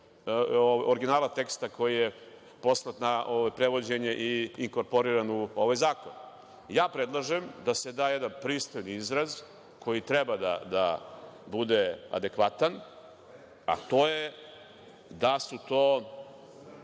originala teksta koji je poslat na prevođenje i inkorporiran u ovaj zakon. Ja predlažem da se da jedan pristojni izraz koji treba da bude adekvatan, a to je da to